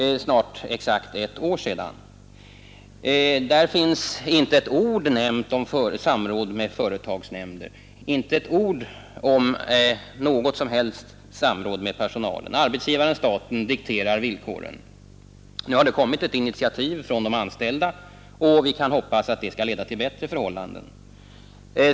Där finns inte en rad om samråd med företagsnämnden, inte ett ord om något som helst samråd med personalen — arbetsgivaren-staten dikterar villkoren! Nu har det kommit ett initiativ från de anställda, och vi kan hoppas att det skall leda till bättre förhållanden.